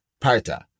parta